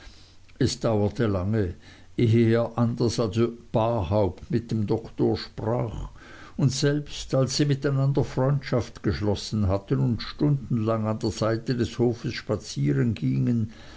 es dauerte lange ehe er anders als barhaupt mit dem doktor sprach und selbst als sie miteinander freundschaft geschlossen hatten und stundenlang an der seite des hofs spazieren gingen